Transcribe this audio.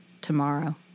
tomorrow